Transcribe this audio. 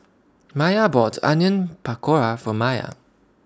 Miah bought Onion Pakora For Miah